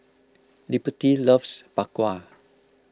Liberty loves Bak Kwa